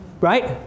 Right